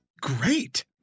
great